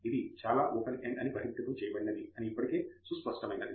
ఇది చాలా open end అని బహిర్గతం చేయబడినది అని ఇప్పటికే సుస్పష్టమైంది